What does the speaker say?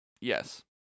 Yes